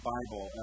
Bible